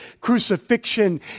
crucifixion